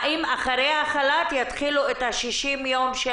האם אחרי החל"ת יתחילו 60 הימים של